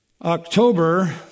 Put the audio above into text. October